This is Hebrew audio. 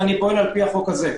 ואני פועל לפי החוק הזה.